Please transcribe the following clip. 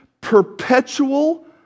perpetual